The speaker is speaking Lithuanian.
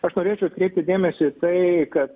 aš norėčiau atkreipti dėmesį į tai kad